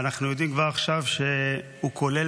ואנחנו יודעים כבר עכשיו שהוא כולל